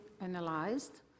analyzed